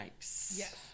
Yes